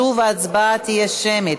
שוב ההצבעה תהיה שמית.